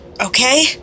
okay